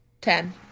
Ten